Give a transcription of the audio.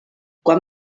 quan